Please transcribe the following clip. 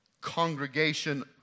congregation